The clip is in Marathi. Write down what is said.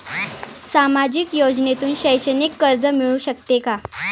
सामाजिक योजनेतून शैक्षणिक कर्ज मिळू शकते का?